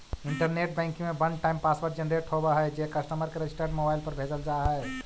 internet banking में one time password generate होवऽ हइ जे कस्टमर के रजिस्टर्ड मोबाइल पर भेजल जा हइ